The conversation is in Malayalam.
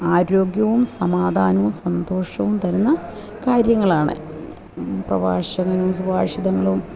ആരോഗ്യവും സമാധാനവും സന്തോഷവും തരുന്ന കാര്യങ്ങളാണ് പ്രഭാഷങ്ങളും സുഭാഷിതങ്ങളും